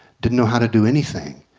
didn't know how to do anything.